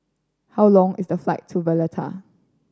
how long is the flight to Valletta